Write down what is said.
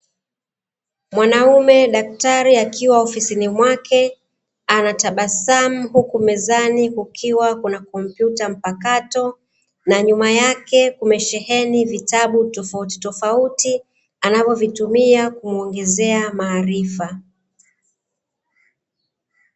Mwanaume daktari akiwa ofisini mwake, anatabasabu huku mezani kukiwa kuna kompyuta mpakato, na nyuma yake kumesheheni vitabu tofautitofauti anavyovitumia kumuongezea maarifa.